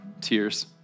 Tears